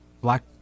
Black